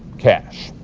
cash.